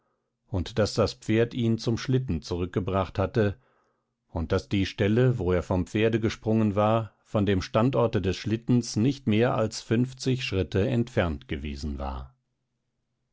und daß das pferd ihn zum schlitten zurückgebracht hatte und daß die stelle wo er vom pferde gesprungen war von dem standorte des schlittens nicht mehr als fünfzig schritte entfernt gewesen war